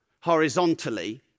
horizontally